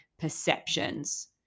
perceptions